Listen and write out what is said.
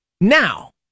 Now